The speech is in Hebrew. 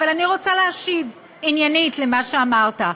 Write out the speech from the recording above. אבל אני רוצה להשיב עניינית על מה שאמרת,